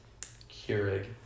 Keurig